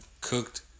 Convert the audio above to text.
cooked